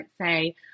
say